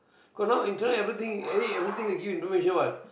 cause now internet everything any everything they give you information what